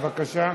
בבקשה.